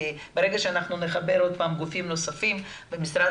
אנחנו נחבר עוד פעם גופים נוספים ומשרד